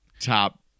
top